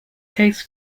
coast